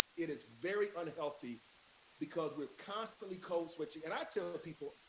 it is very unhealthy because we're constantly code switching, and i tell ah people,